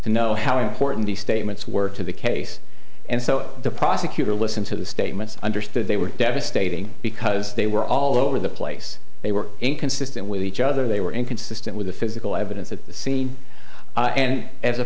to know how important these statements were to the case and so the prosecutor listened to the statements understood they were devastating because they were all over the place they were inconsistent with each other they were inconsistent with the physical evidence at the scene and as a